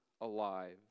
alive